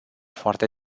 foarte